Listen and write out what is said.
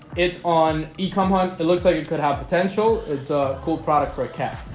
it's on econ one it looks like you could have potential. it's a cool product for a cat,